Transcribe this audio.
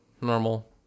normal